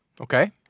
Okay